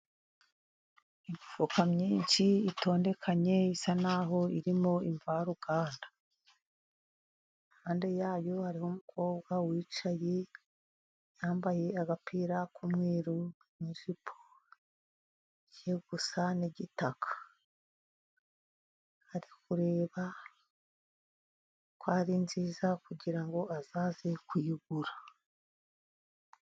Imifuka myinshi itondekanye, isa n’aho irimo imvaruganda. Iruhande yayo, hariho umukobwa wicaye, yambaye agapira k’umweru n’ijipo igiye gusa n’igitaka. Ari kureba, ko ari nziza kugira ngo azaze kuyigura.